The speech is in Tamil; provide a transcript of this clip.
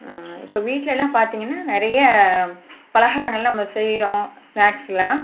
இப்போ வீட்லலாம் பார்த்திங்கன்னா நிறைய பலகாரங்கள் நம்ம செய்யறோம் ஸ்நாக்ஸ்லாம்